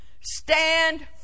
Stand